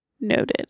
Noted